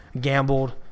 Gambled